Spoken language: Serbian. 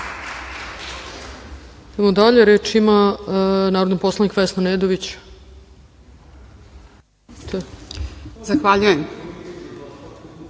Zahvaljujem.